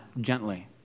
gently